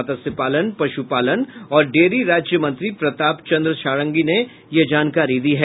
मत्स्यपालन पशु पालन और डेयरी राज्य मंत्री प्रताप चंद्र षडंगी ने यह जानकारी दी है